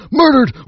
murdered